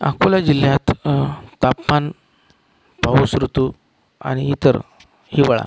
अकोला जिल्ह्यात तापमान पाऊस ऋतू आणि इतर हिवाळा